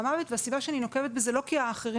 והסיבה שאני נוקבת בזה היא לא כי האחרים